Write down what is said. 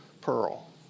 pearl